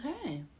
okay